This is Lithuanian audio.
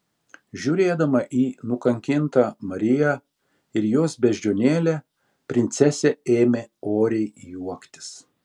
žiūrėdama į nukankintą mariją ir jos beždžionėlę princesė ėmė oriai juoktis